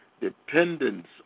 dependence